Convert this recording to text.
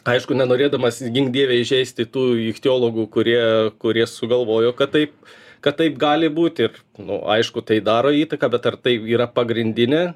aišku nenorėdamas gink dieve įžeisti tų ichtiologų kurie kurie sugalvojo kad taip kad taip gali būt ir nu aišku tai daro įtaką bet ar tai yra pagrindinė